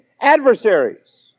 adversaries